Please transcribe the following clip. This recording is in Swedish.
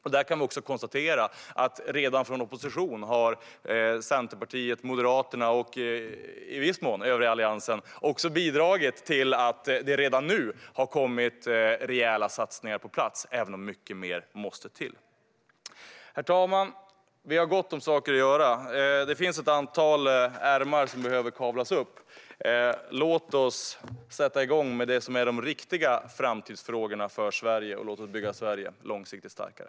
Vi kan konstatera att också i opposition har Centerpartiet, Moderaterna och i viss mån den övriga Alliansen också bidragit till att det redan nu har kommit rejäla satsningar på plats, även om mycket mer måste till. Herr talman! Vi har gott om saker att göra. Det finns ett antal ärmar som behöver kavlas upp. Låt oss sätta igång med det som är de riktiga framtidsfrågorna för Sverige, och låt oss bygga Sverige långsiktigt starkare.